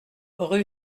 rue